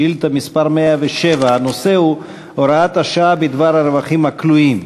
שאילתה מס' 107. הנושא הוא: הוראת השעה בדבר הרווחים הכלואים.